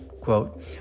quote